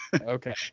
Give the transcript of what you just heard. Okay